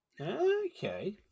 Okay